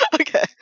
Okay